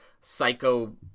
psycho